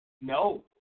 No